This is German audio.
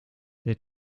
der